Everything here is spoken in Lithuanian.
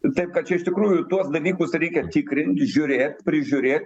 taip kad čia iš tikrųjų tuos dalykus reikia tikrint žiūrėt prižiūrėt